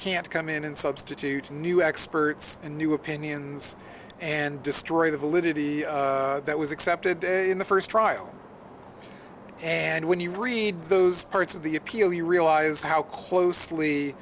can't come in and substitute a new experts in new opinions and destroy the validity that was accepted in the first trial and when you read those parts of the appeal you realize how closely